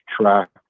track